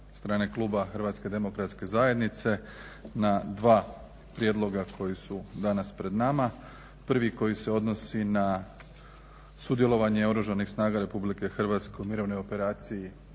sa strane kluba HDZ-a na dva prijedloga koji su danas pred nama. Prvi koji se odnosi na sudjelovanje Oružanih snaga RH u Mirovnoj operaciji